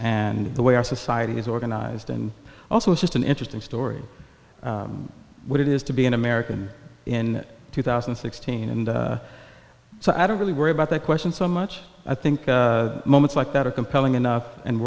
and the way our society is organized and also it's just an interesting story what it is to be an american in two thousand and sixteen and so i don't really worry about that question so much i think moments like that are compelling enough and